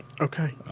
Okay